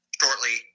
shortly